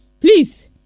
Please